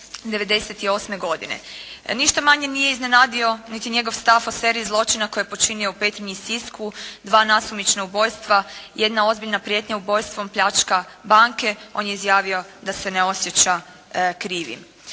98. godine. Ništa manje nije iznenadio niti njegov stav o seriji zločina koji je počinio u Petrinji i Sisku, dva nasumična ubojstva, jedna ozbiljna prijetnja ubojstvom pljačka banke, on je izjavio da se ne osjeća krivim.